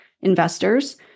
investors